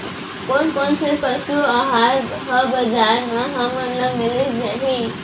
कोन कोन से पसु आहार ह बजार म हमन ल मिलिस जाही?